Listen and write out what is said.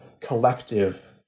collective